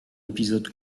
épisode